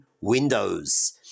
windows